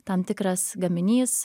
tam tikras gaminys